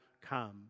come